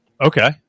Okay